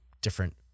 different